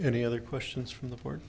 any other questions from the court